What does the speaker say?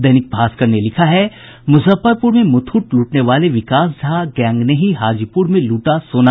दैनिक भास्कर ने लिखा है मुजफ्फरपुर में मुथूट लूटने वाले विकास झा गैंग ने ही हाजीपुर में लूटा सोना